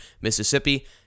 Mississippi